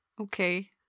Okay